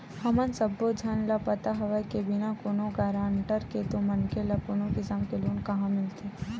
हमन सब्बो झन ल पता हवय के बिना कोनो गारंटर के तो मनखे ल कोनो किसम के लोन काँहा मिलथे